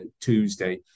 tuesday